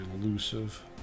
elusive